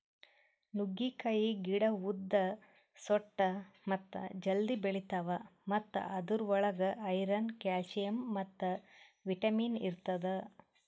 ನುಗ್ಗೆಕಾಯಿ ಗಿಡ ಉದ್ದ, ಸೊಟ್ಟ ಮತ್ತ ಜಲ್ದಿ ಬೆಳಿತಾವ್ ಮತ್ತ ಅದುರ್ ಒಳಗ್ ಐರನ್, ಕ್ಯಾಲ್ಸಿಯಂ ಮತ್ತ ವಿಟ್ಯಮಿನ್ ಇರ್ತದ